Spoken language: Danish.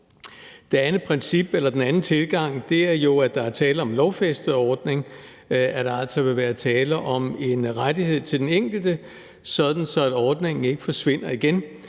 den anden tilgang vedrører jo, at der er tale om en lovfæstet ordning, og at der altså vil være tale om en rettighed til den enkelte, sådan at ordningen ikke forsvinder igen,